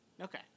Okay